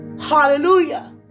Hallelujah